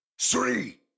three